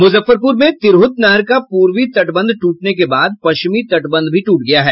मुजफ्फरपुर में तिरहुत नहर का पूर्वी तटबंध टूटने के बाद पश्चिमी तटबंध भी टूट गया है